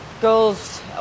girls